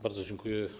Bardzo dziękuję.